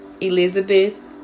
Elizabeth